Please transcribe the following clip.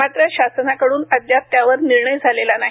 मात्र शासनाकड्रन अद्याप त्यावर निर्णय झालेला नाही